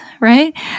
Right